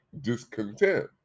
discontent